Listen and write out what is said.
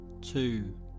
two